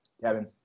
kevin